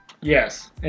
Yes